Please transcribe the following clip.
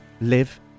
live